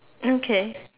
okay